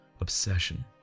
obsession